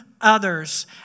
others